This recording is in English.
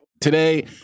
Today